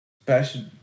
special